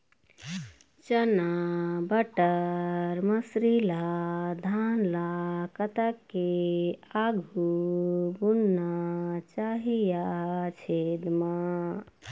चना बटर मसरी ला धान ला कतक के आघु बुनना चाही या छेद मां?